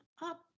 Up